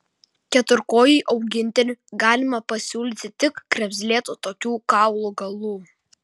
keturkojui augintiniui galima pasiūlyti tik kremzlėtų tokių kaulų galų